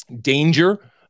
danger